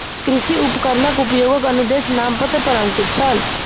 कृषि उपकरणक उपयोगक अनुदेश नामपत्र पर अंकित छल